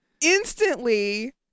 instantly